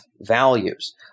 values